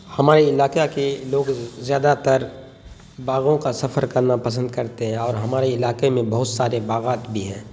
ہمارے علاقہ کے لوگ زیادہ تر باغوں کا سفر کرنا پسند کرتے ہیں اور ہمارے علاقے میں بہت سارے باغات بھی ہیں